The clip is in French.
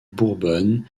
bourbonne